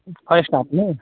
first top ना